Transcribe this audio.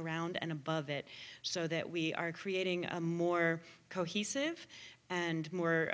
around and above it so that we are creating a more cohesive and more